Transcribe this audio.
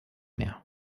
mehr